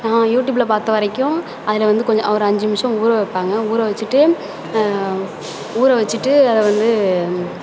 நான் யூடியூப்பில் பார்த்தவரைக்கும் அதில் வந்து கொஞ்சம் ஒரு அஞ்சு நிமிஷம் ஊற வைப்பாங்க ஊறவச்சுட்டு ஊறவச்சுட்டு அதை வந்து